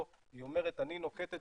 או שהיא אומרת שהיא נוקטת